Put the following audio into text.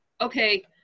okay